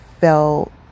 felt